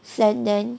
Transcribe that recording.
send them